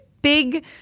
Big